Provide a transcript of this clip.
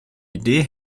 idee